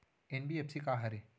NBFC का हरे?